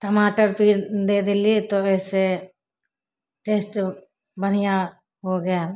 टमाटर दए देलि तऽ ओइसँ टेस्ट बढ़ियाँ हो गेल